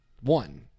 one